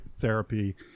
therapy